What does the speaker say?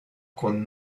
con